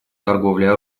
торговле